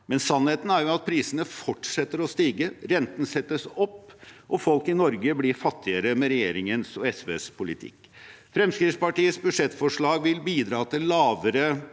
men sannheten er at prisene fortsetter å stige, at renten settes opp, og at folk i Norge blir fattigere med regjeringens og SVs politikk. Fremskrittspartiets budsjettforslag vil bidra til lavere